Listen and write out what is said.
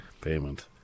payment